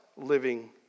living